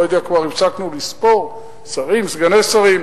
אני לא יודע, כבר הפסקנו לספור, שרים, סגני שרים.